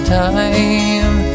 time